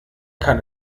kann